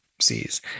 sees